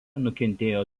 nukentėjo